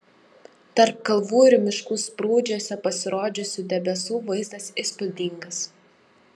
tarp kalvų ir miškų sprūdžiuose pasirodžiusių debesų vaizdas įspūdingas